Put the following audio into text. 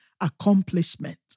accomplishment